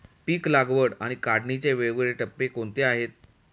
पीक लागवड आणि काढणीचे वेगवेगळे टप्पे कोणते आहेत?